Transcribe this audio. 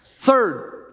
Third